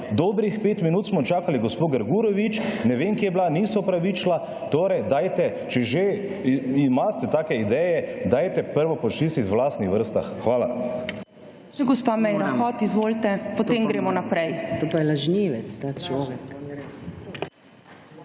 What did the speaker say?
Dobrih 5 minut smo čakali gospo Grgurevič. Ne vem, kje je bila, ni se opravičila. Torej dajte, če že imate take ideje, dajte prvo počistiti v lastnih vrstah. Hvala.